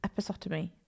episotomy